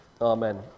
Amen